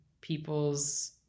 people's